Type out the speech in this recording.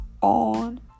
on